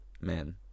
man